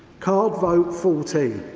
card vote fourteen,